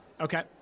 Okay